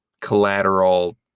collateral